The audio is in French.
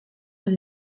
est